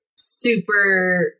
Super